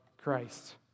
Christ